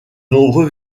nombreux